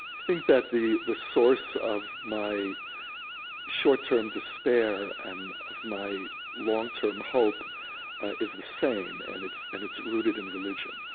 think that the the source of my short-term despair and of my long-term hope is the same, and it's and it's rooted in religion.